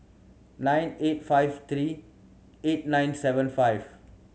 nine eight five three eight nine seven five